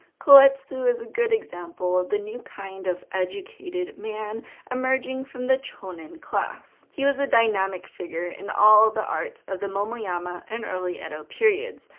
koetsu is a good example of the new kind of educated man emerging from the chonin class. he was a dynamic figure in all the arts of the momoyama and early edo periods,